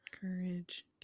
courage